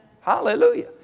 Hallelujah